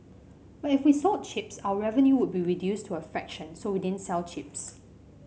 but if we sold chips our revenue would be reduced to a fraction so we didn't sell chips